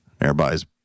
everybody's